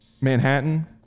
Manhattan